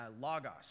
logos